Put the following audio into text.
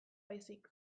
baizik